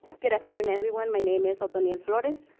good afternoon everyone. my name is antonio flores.